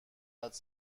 حدس